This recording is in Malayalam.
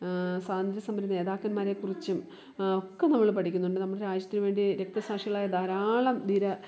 സ്വാതന്ത്രസമര നേതാക്കന്മാരെക്കുറിച്ചും ഒക്കെ നമ്മൾ പഠിക്കുന്നുണ്ട് നമ്മളുടെ രാജ്യത്തിനു വേണ്ടി രക്തസാക്ഷികളായ ധാരാളം ധീര